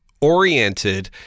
oriented